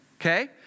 okay